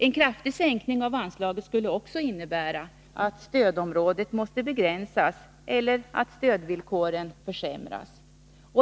En kraftig sänkning av anslaget skulle också innebära att stödområdet måste begränsas eller stödvillkoren försämras.